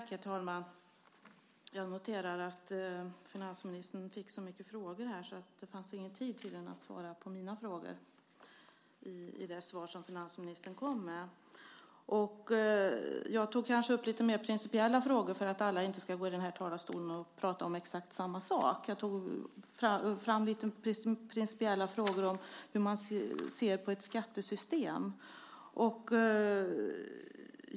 Herr talman! Jag noterar att finansministern fick så många frågor att det tydligen inte fanns någon tid till att svara på mina frågor. Jag tog upp mer principiella frågor för att inte alla ska gå upp i talarstolen och prata om exakt samma sak. Jag tog upp principiella frågor om hur man ser på ett skattesystem.